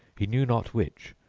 he knew not which,